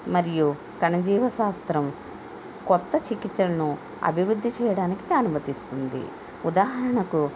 మరియు కణ జీవ శాస్త్రం కొత్త చికిత్సలను అభివృద్ధి చేయడానికి అనుమతిస్తుంది ఉదాహరణకు